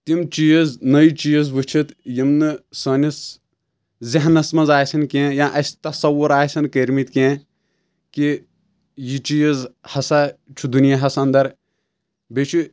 تِم چیٖز نٔوۍ چیٖز وٕچھِتھ یِم نہٕ سٲنِس ذٮ۪ہنَس منٛز آسن کیٚنٛہہ یا اَسہِ تصوُر آسن کٔرۍ مٕتۍ کیٚنٛہہ کہِ یہِ چیٖز ہسا چھُ دُنیہَس اَنٛدر بیٚیہِ چھُ